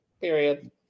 Period